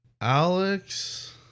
Alex